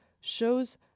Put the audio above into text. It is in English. shows